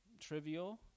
trivial